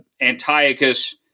Antiochus